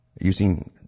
using